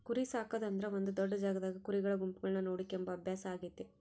ಕುರಿಸಾಕೊದು ಅಂದ್ರ ಒಂದು ದೊಡ್ಡ ಜಾಗದಾಗ ಕುರಿಗಳ ಗುಂಪುಗಳನ್ನ ನೋಡಿಕೊಂಬ ಅಭ್ಯಾಸ ಆಗೆತೆ